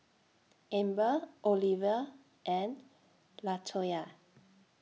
Amber Oliver and Latoya